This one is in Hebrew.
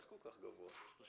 זה